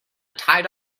tied